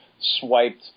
swiped